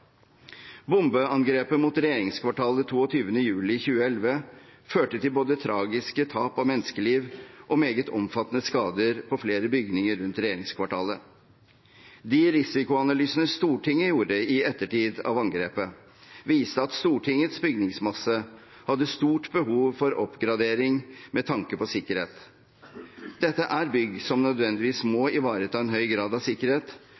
Bombeangrepet mot regjeringskvartalet 22. juli 2011 førte til både tragiske tap av menneskeliv og meget omfattende skader på flere bygninger rundt regjeringskvartalet. De risikoanalysene Stortinget gjorde i ettertid av angrepet, viste at Stortingets bygningsmasse hadde stort behov for oppgradering med tanke på sikkerhet. Dette er bygg som nødvendigvis må ivareta en høy grad av sikkerhet,